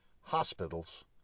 hospitals